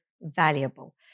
valuable